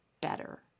better